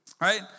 Right